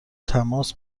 تماس